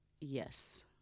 yes